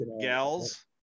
gals